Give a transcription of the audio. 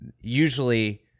usually